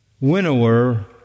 winnower